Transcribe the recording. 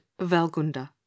Valgunda